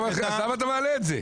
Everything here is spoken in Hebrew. למה אתה מעלה את זה?